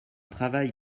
travail